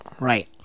Right